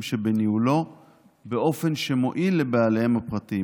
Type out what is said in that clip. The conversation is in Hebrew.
שבניהולו באופן שמועיל לבעליהם הפרטיים.